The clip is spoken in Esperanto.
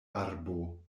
arbo